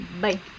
Bye